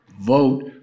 Vote